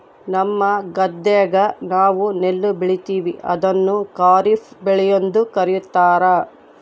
ನಮ್ಮ ಗದ್ದೆಗ ನಾವು ನೆಲ್ಲು ಬೆಳೀತೀವಿ, ಅದನ್ನು ಖಾರಿಫ್ ಬೆಳೆಯೆಂದು ಕರಿತಾರಾ